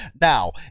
now